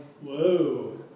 Whoa